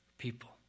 People